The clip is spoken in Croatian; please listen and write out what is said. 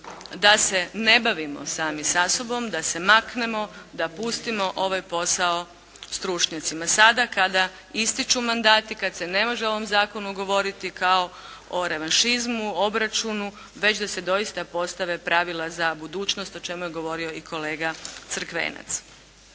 da se ne bavimo sami sa sobom, da se maknemo, da pustimo ovaj posao stručnjacima, sada kada ističu mandati, kad se ne može o ovom zakonu govoriti kao o revanšizmu, obračunu već da se doista postave pravila za budućnost o čemu je govorio i kolega Crkvenac.